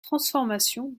transformation